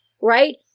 right